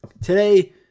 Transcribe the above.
Today